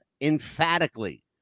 emphatically